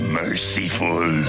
merciful